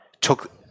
took